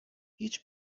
هیچ